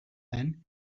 then